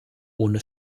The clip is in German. ohne